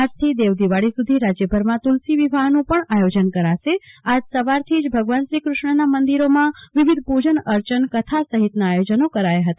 આજથી દેવદિવાળી સુ ધી રાજયભરમાં તુ લસી વિવાહનું પણ આયોજન કરાશે આજ સવારથી જ ભગવાન શ્રીકૃષ્ણના મંદિરોમાં વિવિધ પુજન અર્ચન કથા સહિતના આયોજનો કરાયા હતા